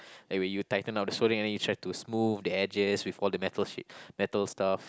like when you tighten up soldering and you try to smooth the edges with all the metal sheet metal stuff